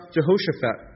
Jehoshaphat